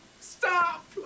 Stop